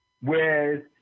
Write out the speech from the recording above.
whereas